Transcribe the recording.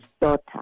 daughter